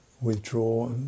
withdraw